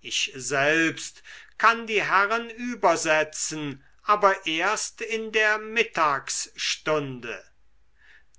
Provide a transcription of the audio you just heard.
ich selbst kann die herren übersetzen aber erst in der mittagsstunde